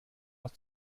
vás